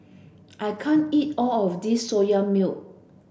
I can't eat all of this Soya Milk